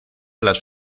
las